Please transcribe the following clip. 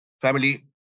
family